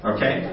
Okay